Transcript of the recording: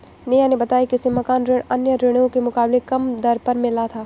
नेहा ने बताया कि उसे मकान ऋण अन्य ऋणों के मुकाबले कम दर पर मिला था